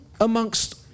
amongst